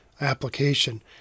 application